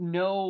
no